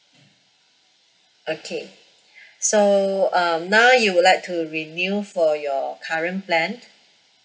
okay so um now you would like to renew for your current plan